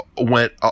went